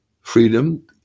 freedom